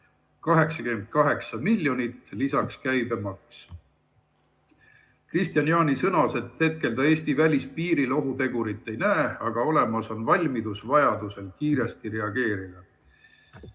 88 miljonit, lisaks käibemaks. Kristian Jaani sõnas, et hetkel ta Eesti välispiiril ohutegurit ei näe, aga olemas on valmidus vajadusel kiiresti reageerida.